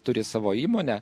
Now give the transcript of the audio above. turi savo įmonę